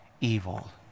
evil